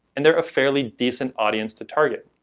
and they are a fairly decent audience to target.